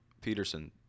Peterson